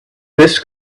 this